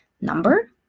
number